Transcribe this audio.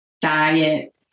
diet